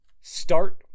start